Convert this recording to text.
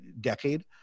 decade